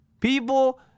People